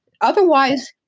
otherwise